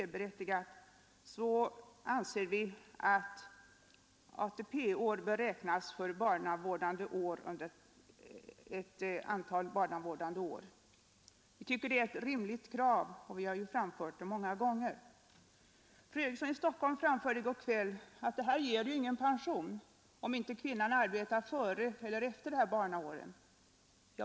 Därför anser vi att ATP-år bör räknas även för barnavårdande år under en viss period. Det är ett rimligt krav, anser vi, och vi har framfört det många gånger. Fru Eriksson i Stockholm sade i går kväll att det ger ju ingen pension om inte kvinnan arbetar före och efter de barnavårdande åren.